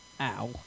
Ow